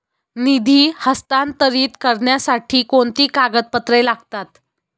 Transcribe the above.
निधी हस्तांतरित करण्यासाठी कोणती कागदपत्रे लागतात?